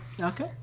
Okay